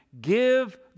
give